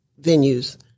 venues